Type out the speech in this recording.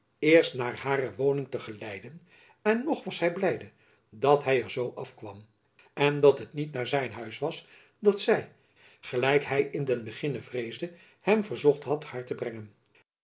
eerst naar hare woning te geleiden en nog was hy blijde dat hy er z af kwam en dat het niet naar zijn huis was dat zy gelijk hy in den beginne vreesde hem verzocht had haar te brengen